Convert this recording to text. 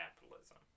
capitalism